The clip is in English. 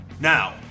Now